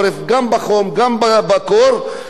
ונותנים את הבריאות שלהם.